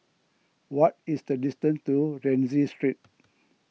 what is the distance to Rienzi Street